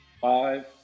five